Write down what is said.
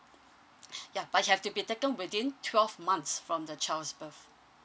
ya but it have to be taken within twelve months from the child's birth